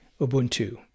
ubuntu